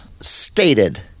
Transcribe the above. stated